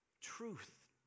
truth